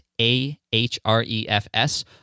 A-H-R-E-F-S